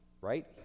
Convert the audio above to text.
right